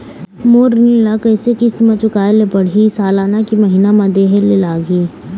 मोर ऋण ला कैसे किस्त म चुकाए ले पढ़िही, सालाना की महीना मा देहे ले लागही?